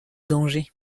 danger